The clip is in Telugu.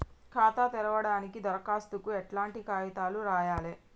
ఖాతా తెరవడానికి దరఖాస్తుకు ఎట్లాంటి కాయితాలు రాయాలే?